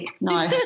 No